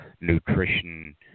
nutrition